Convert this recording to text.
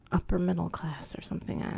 upper middle class or something, i